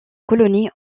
colonies